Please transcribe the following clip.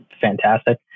fantastic